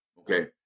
okay